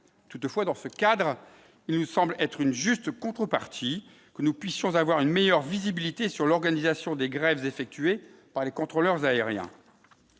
toutefois, dans ce cadre, il nous semble être une juste contrepartie que nous puissions avoir une meilleure visibilité sur l'organisation des grèves effectuées par les contrôleurs aériens,